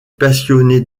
passionné